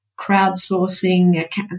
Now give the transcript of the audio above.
crowdsourcing